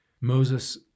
Moses